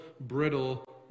brittle